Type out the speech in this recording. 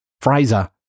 Fraser